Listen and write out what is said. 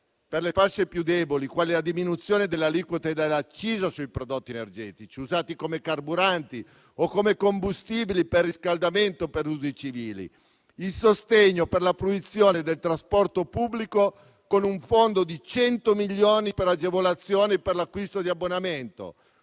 per le fasce più deboli, quali la diminuzione delle aliquote dell'accisa sui prodotti energetici, usati come carburanti o come combustibili per riscaldamento per usi civili. Pensiamo ancora al sostegno per la fruizione del trasporto pubblico con un fondo di 100 milioni per agevolazioni per l'acquisto di abbonamento,